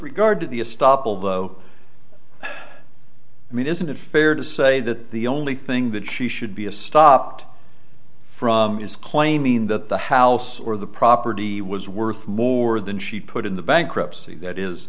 regard to the a stop although i mean isn't it fair to say that the only thing that she should be a stopped is claiming that the house or the property was worth more than she put in th